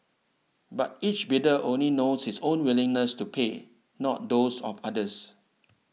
but each bidder only knows his own willingness to pay not those of others